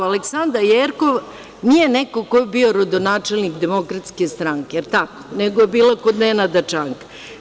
Aleksandra Jerkov nije neko ko je bio rodonačelnik DS, jer tako, nego je bila kod Nenada Čanka.